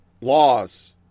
laws